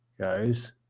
guys